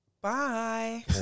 Bye